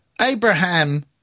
Abraham